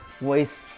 waste